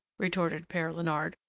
retorted pere leonard,